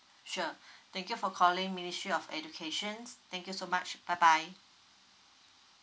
sure thank you for calling ministry of education thank you so much bye bye